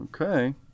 Okay